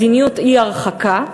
מדיניות אי-הרחקה,